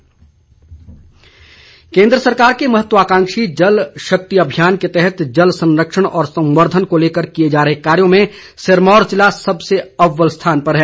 बिंदल केंद्र सरकार के महत्वाकांक्षी जलशक्ति अभियान के तहत जल संरक्षण और संवर्धन को लेकर किए जा रहे कार्यों में सिरमौर ज़िला सबसे अव्वल स्थान पर है